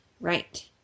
Right